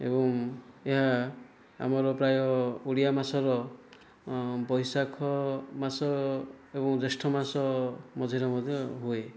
ଏବଂ ଏହା ଆମର ପ୍ରାୟ ଓଡ଼ିଆ ମାସର ବୈଶାଖ ମାସ ଏବଂ ଜ୍ୟୈଷ୍ଠ ମାସ ମଝିରେ ମଝିରେ ହୁଏ